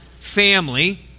family